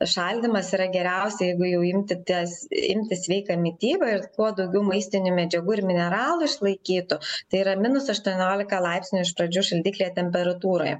šaldymas yra geriausia jeigu jau imti tas imti sveiką mitybą ir kuo daugiau maistinių medžiagų ir mineralų išlaikytų tai yra minus aštuoniolika laipsnių iš pradžių šaldiklyje temperatūroje